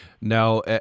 Now